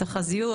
תחזיות,